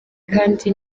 kandi